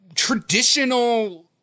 Traditional